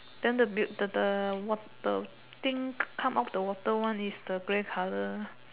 then the build the the the thing come out of water one is the grey colour